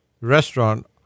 Restaurant